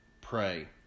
pray